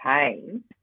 pain